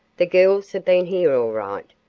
the girls have been here all right,